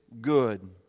good